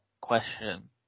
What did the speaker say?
question